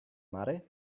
mare